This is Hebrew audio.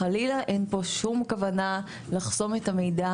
חלילה אין פה שום כוונה לחסום את המידע